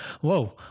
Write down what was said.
whoa